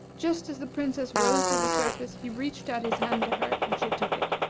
just as the princess rose to the surface, he reached out his hand to her, and she took it.